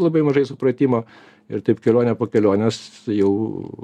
labai mažai supratimo ir taip kelionę po kelionės jau